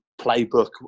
playbook